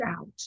out